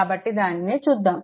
కాబట్టి దానిని చూద్దాము